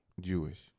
Jewish